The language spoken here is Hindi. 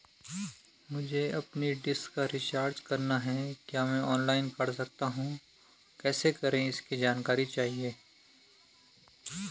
मुझे अपनी डिश का रिचार्ज करना है क्या मैं ऑनलाइन कर सकता हूँ कैसे करें इसकी जानकारी चाहिए?